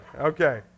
Okay